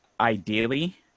Ideally